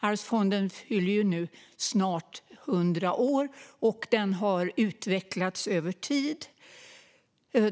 Arvsfonden fyller snart 100 år, och den har utvecklats över tid.